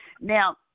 Now